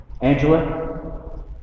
Angela